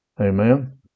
Amen